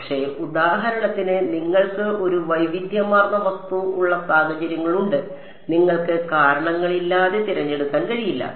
പക്ഷേ ഉദാഹരണത്തിന് നിങ്ങൾക്ക് ഒരു വൈവിധ്യമാർന്ന വസ്തു ഉള്ള സാഹചര്യങ്ങളുണ്ട് നിങ്ങൾക്ക് കാരണങ്ങളില്ലാതെ തിരഞ്ഞെടുക്കാൻ കഴിയില്ല